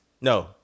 no